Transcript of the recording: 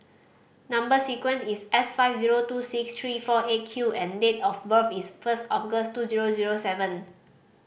number sequence is S five zero two six three four Eight Q and date of birth is first August two zero zero seven